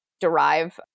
derive